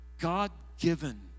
God-given